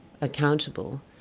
accountable